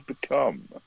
become